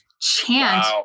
chant